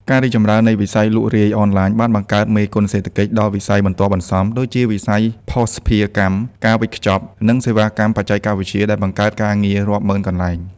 ការរីកចម្រើននៃវិស័យលក់រាយអនឡាញបានបង្កើត មេគុណសេដ្ឋកិច្ច ដល់វិស័យបន្ទាប់បន្សំ ដូចជាវិស័យភស្តុភារកម្ម ការវេចខ្ចប់ និងសេវាកម្មបច្ចេកវិទ្យា ដែលបង្កើតការងាររាប់ម៉ឺនកន្លែង។